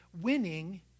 winning